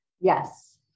Yes